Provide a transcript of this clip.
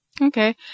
okay